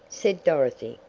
said dorothy.